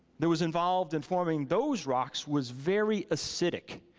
that was involved in forming those rocks was very acidic.